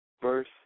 Verse